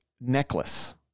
necklace